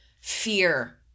fear